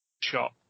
shot